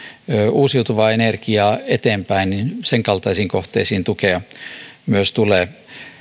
uusiutuvaa energiaa eteenpäin sen kaltaisiin kohteisiin tukea myös tulee